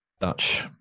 dutch